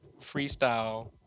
freestyle